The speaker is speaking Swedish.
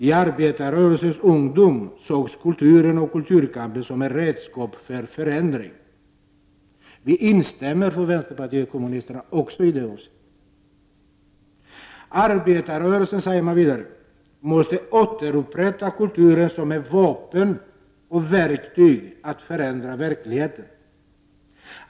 I arbetarrörelsens ungdom sågs kulturen och kulturkampen som redskap för förändring.” Vi instämmer från vänsterpartiet kommunisterna också i det avseendet. ”Arbetarrörelsen”, säger man vidare, ”måste återupprätta kulturen som ett vapen och verktyg att förändra verkligheten.